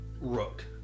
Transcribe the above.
Rook